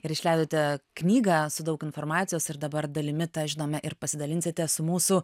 ir išleidote knygą su daug informacijos ir dabar dalimi tą žinome ir pasidalinsite su mūsų